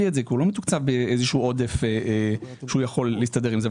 את זה כי היא לא מתוקצבת באיזשהו עודף שהיא יכולה להסתדר עם זה.